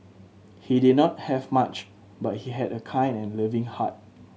he did not have much but he had a kind and loving heart